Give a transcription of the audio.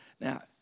Now